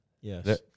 Yes